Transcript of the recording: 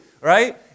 right